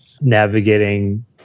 navigating